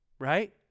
Right